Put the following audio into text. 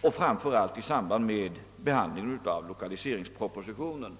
och framför allt vid behandlingen av lokaliseringspropositionen.